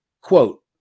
Quote